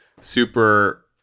super